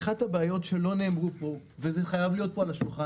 אחת הבעיות שלא נאמרו פה וזה חייב להיות פה על השולחן,